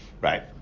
Right